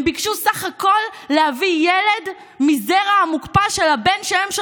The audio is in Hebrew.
הם ביקשו סך הכול להביא ילד מהזרע המוקפא של הבן שלהם,